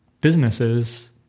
businesses